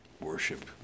Worship